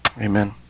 Amen